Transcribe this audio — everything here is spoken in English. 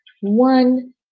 one